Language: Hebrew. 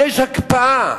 יש הקפאה,